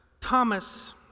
Thomas